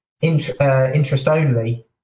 interest-only